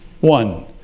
One